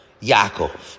Yaakov